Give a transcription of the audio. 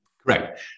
Correct